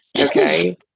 okay